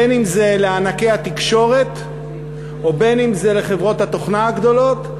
בין שזה לענקי התקשורת ובין שזה לחברות התוכנה הגדולות,